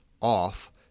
off